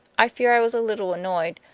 i fear i was a little annoyed,